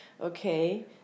okay